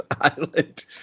Island